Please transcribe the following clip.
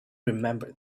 remembered